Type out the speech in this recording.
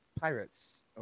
pirates